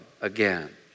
again